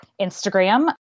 Instagram